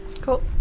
Cool